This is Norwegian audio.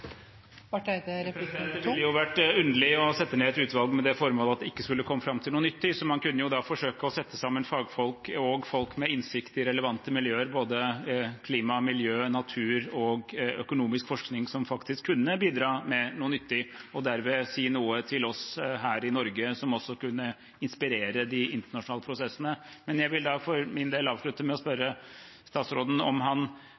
Det ville vært underlig å sette ned et utvalg med det formål at det ikke skulle komme fram til noe nyttig. Man kunne forsøke å sette sammen fagfolk og folk med innsikt i relevante miljøer, både klima, miljø, natur og økonomisk forskning, som faktisk kunne bidra med noe nyttig og derved si noe til oss her i Norge som også kunne inspirere de internasjonale prosessene. Men jeg vil for min del avslutte med å spørre statsråden om han